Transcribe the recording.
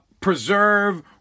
preserve